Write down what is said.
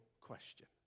question